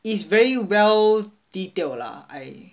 is very well detailed lah I